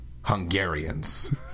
Hungarians